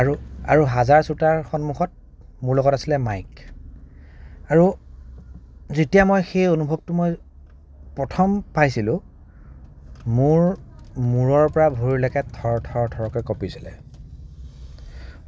আৰু আৰু হাজাৰ শ্ৰোতাৰ সন্মুখত মোৰ লগত আছিলে মাইক আৰু যেতিয়া মই সেই অনুভৱটো মই প্ৰথম পাইছিলোঁ মোৰ মূৰৰ পৰা ভৰিলৈকে থৰ থৰ থৰকে কপিছিলে